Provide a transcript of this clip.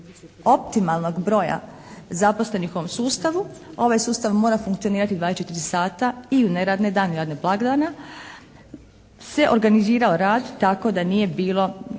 optimalnog broja zaposlenih u ovom sustavu ovaj sustav mora funkcionirati 24 sata i u neradne dane, dana blagdana se organizirao rad tako da nije bilo